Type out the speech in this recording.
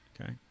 Okay